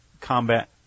combat